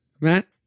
Matt